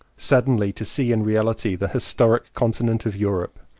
suddenly to see in reality the historic continent of europe,